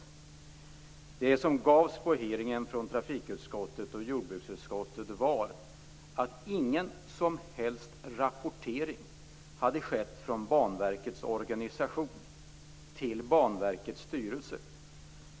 Den information som gavs på hearingen i trafikutskottet och jordbruksutskottet var att ingen som helst rapportering hade skett från Banverkets organisation till Banverkets styrelse.